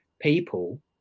people